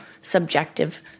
subjective